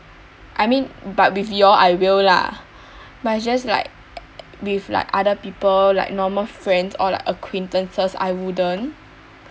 I mean but with you all I will lah but just like with like other people like normal friends or like acquaintances I wouldn't